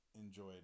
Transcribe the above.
enjoyed